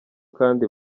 kandi